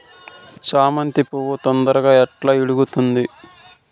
చామంతి పువ్వు తొందరగా ఎట్లా ఇడుగుతుంది?